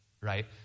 right